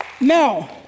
Now